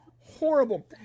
horrible